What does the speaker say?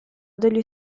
degli